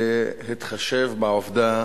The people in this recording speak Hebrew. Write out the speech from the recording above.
בהתחשב בעובדה